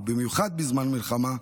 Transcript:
במיוחד בזמן מלחמה,